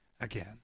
again